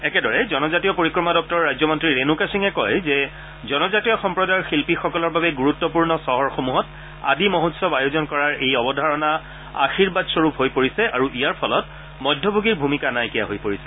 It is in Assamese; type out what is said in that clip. একেদৰে জনজাতীয় পৰিক্ৰমা দপ্তৰৰ ৰাজ্যমন্ত্ৰী ৰেণুকা সিঙে কয় যে জনজাতীয় সম্প্ৰদায়ৰ শিল্পীসকলৰ বাবে গুৰুত্বপূৰ্ণ চহৰসমূহত আদি মহোৎসৱ আয়োজন কৰাৰ এই অৱধাৰণা আশীৰ্বাদস্বৰূপ হৈ পৰিছে আৰু ইয়াৰ ফলত মধ্যভোগীৰ ভূমিকা নাইকীয়া হৈ পৰিছে